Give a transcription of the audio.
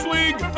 League